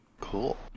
Cool